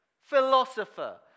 philosopher